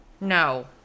No